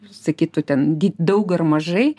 sakytų ten gi daug ar mažai